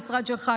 המשרד שלך,